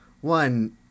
one